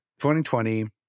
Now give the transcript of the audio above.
2020